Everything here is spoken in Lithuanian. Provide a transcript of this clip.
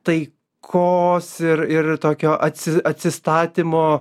tai kos ir ir tokio atsi atsistatymo